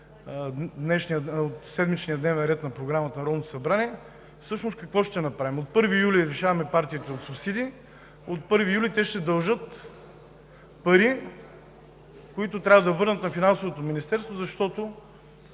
от седмичния дневен ред на Програмата на Народното събрание, всъщност какво ще направим? От 1 юли лишаваме партиите от субсидии, от 1 юли те ще дължат пари, които трябва да върнат на Финансовото министерство, защото